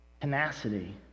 Tenacity